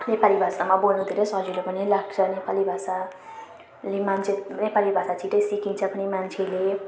नेपाली भाषामा बोल्नु धेरै सजिलो पनि लाग्छ नेपाली भाषाले मान्छे नेपाली भाषा छिटै सिकिन्छ पनि मान्छेले